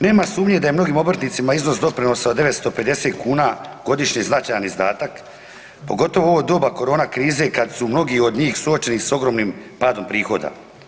Nema sumnje da je mnogim obrtnicima iznos doprinosa od 950 kuna godišnje značajan izdatak pogotovo u ovo doba korona krize kad su mnogi od njih suočeni s ogromnim padom prihoda.